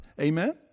Amen